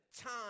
time